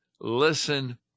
listen